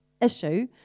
issue